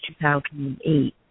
2008